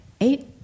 eight